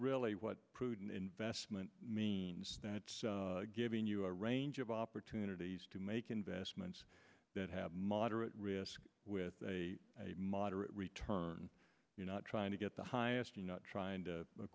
really what prudent investment means that it's giving you a range of opportunities to make investments that have moderate risk with a moderate return you're not trying to get the highest or not try